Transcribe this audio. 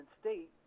State